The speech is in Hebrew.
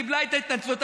קיבלה את ההתנצלות,